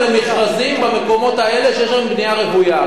למכרזים במקומות האלה שיש שם בנייה רוויה.